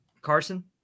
Carson